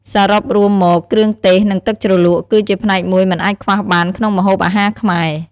សរុបរួមមកគ្រឿងទេស និងទឹកជ្រលក់ គឺជាផ្នែកមួយមិនអាចខ្វះបានក្នុងម្ហូបអាហារខ្មែរ។